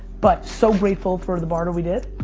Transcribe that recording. but so grateful for the barter we did.